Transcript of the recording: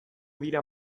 dira